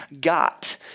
got